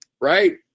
right